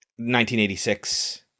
1986